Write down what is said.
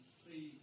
see